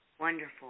Wonderful